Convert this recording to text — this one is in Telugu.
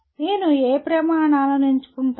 నేను ఏ ప్రమాణాలను ఎంచుకుంటాను